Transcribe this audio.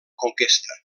conquesta